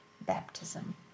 baptism